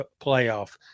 playoff